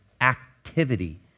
activity